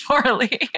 poorly